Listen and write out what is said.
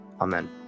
Amen